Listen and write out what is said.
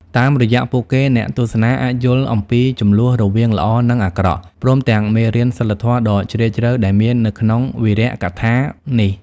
តាមរយៈពួកគេ អ្នកទស្សនាអាចយល់អំពីជម្លោះរវាងល្អ និងអាក្រក់ ព្រមទាំងមេរៀនសីលធម៌ដ៏ជ្រាលជ្រៅដែលមាននៅក្នុងវីរកថានេះ ។